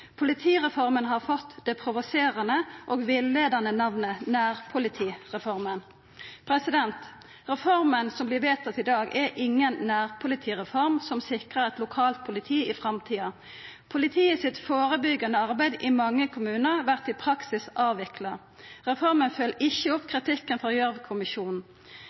Politireforma har fått det provoserande og villeiande namnet «nærpolitireformen». Reforma som vert vedtatt i dag, er inga nærpolitireform som sikrar eit lokalt politi i framtida. Politiet sitt førebyggjande arbeid i mange kommunar vert i praksis avvikla. Reforma følgjer ikkje opp kritikken frå